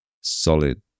solid